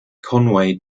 conway